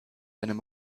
einem